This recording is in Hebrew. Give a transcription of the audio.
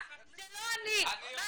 זה לא אני" מה,